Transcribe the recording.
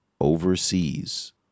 overseas